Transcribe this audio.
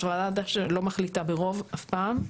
הוועדה לא מחליטה ברוב אף פעם,